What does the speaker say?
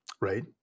Right